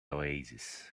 oasis